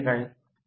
probe म्हणजे काय